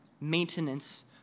maintenance